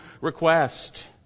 request